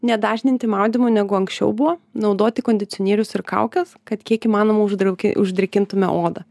ne dažninti maudymų negu anksčiau buvo naudoti kondicionierius ir kaukes kad kiek įmanoma uždrau uždrėkintume odą